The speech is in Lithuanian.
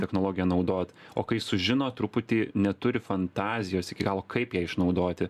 technologiją naudot o kai sužino truputį neturi fantazijos iki galo kaip ją išnaudoti